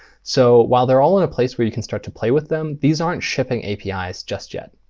so while they're all in a place where you can start to play with them, these aren't shipping apis just yet.